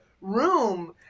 room